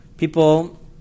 People